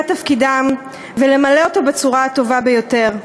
תפקידם ולמלא אותו בצורה הטובה ביותר.